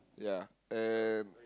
ya and